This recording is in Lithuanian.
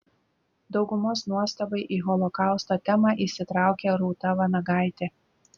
daugumos nuostabai į holokausto temą įsitraukė rūta vanagaitė